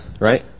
right